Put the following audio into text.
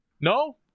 No